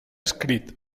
escrit